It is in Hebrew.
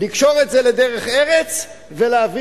לקשור את זה לדרך ארץ ולהביא